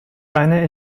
eine